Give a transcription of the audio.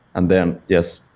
and then, yes,